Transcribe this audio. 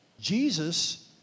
Jesus